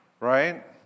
right